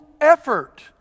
effort